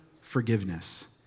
forgiveness